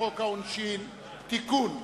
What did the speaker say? העונשין (תיקון,